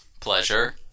pleasure